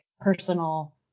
personal